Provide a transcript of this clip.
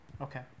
Okay